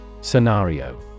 Scenario